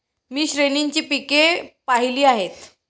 मी श्रेणीची पिके पाहिली आहेत